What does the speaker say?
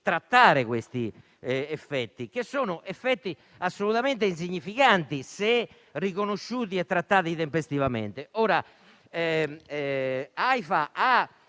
questi effetti, che sono assolutamente insignificanti se riconosciuti e trattati tempestivamente. Aifa ha